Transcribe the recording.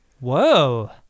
Whoa